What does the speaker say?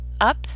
up